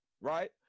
right